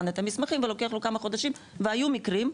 את המסמכים ולוקח לו כמה חודשים והיו מקרים,